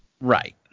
right